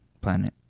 planet